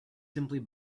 simply